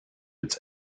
its